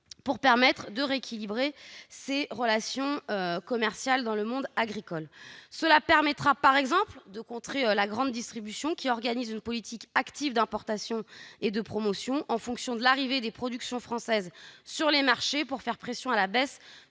pour permettre un rééquilibrage des relations commerciales dans le monde agricole. Cela permettra, par exemple, de contrer la grande distribution, qui organise une politique active d'importation et de promotion en fonction de l'arrivée des productions françaises sur les marchés, pour faire pression à la baisse